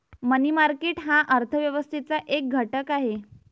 मनी market हा अर्थ व्यवस्थेचा एक घटक आहे